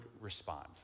respond